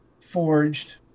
forged